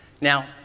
Now